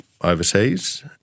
overseas